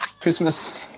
Christmas